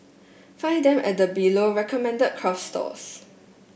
find them at the below recommended craft stores